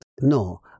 No